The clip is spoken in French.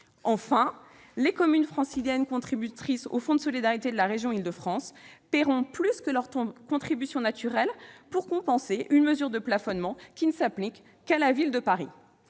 Enfin, les communes franciliennes contributrices au Fonds de solidarité de la région Île-de-France paieront plus que leur contribution naturelle pour compenser une mesure de plafonnement qui ne s'applique qu'à la Ville de Paris.